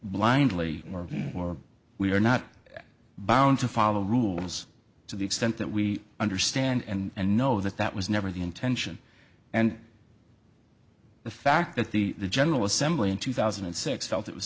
blindly or we are not bound to follow rules to the extent that we understand and know that that was never the intention and the fact that the general assembly in two thousand and six felt it was